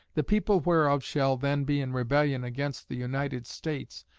the people whereof shall then be in rebellion against the united states,